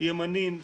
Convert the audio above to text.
ימניים,